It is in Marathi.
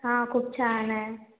हा खूप छान आहे